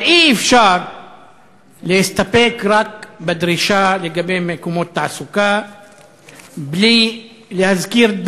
אבל אי-אפשר להסתפק בדרישה למקומות תעסוקה בלי להזכיר,